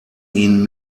ihn